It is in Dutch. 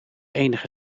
enige